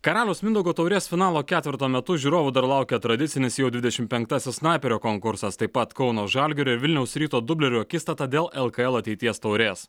karaliaus mindaugo taurės finalo ketverto metu žiūrovų dar laukia tradicinis jau dvidešimt penktasis snaiperio konkursas taip pat kauno žalgirio ir vilniaus ryto dublerio akistata dėl lkl ateities taurės